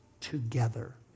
together